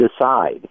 decide